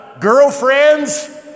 girlfriends